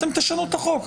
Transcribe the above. אתם תשנו את החוק.